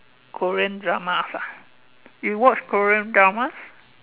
Korean dramas ah you watch Korean dramas